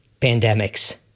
pandemics